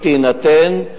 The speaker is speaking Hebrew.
היא תינתן,